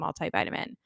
multivitamin